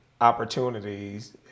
opportunities